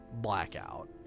blackout